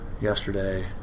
yesterday